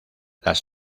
las